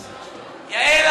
יעל,